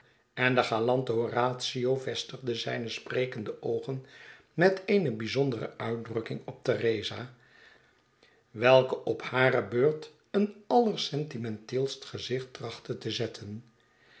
en de galante horatio vestigde zijne sprekende oogen met eene bijzondere uitdrukking op theresa welke op hare beurt een allersentimenteelst gezicht trachtte te zetten